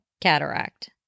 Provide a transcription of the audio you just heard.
cataract